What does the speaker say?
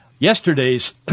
Yesterday's